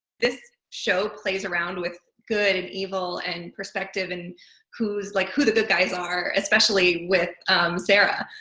this show plays around with good and evil and perspective and who like who the good guys are. especially with sarah.